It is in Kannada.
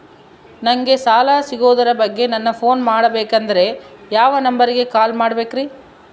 ನಂಗೆ ಸಾಲ ಸಿಗೋದರ ಬಗ್ಗೆ ನನ್ನ ಪೋನ್ ಮಾಡಬೇಕಂದರೆ ಯಾವ ನಂಬರಿಗೆ ಕಾಲ್ ಮಾಡಬೇಕ್ರಿ?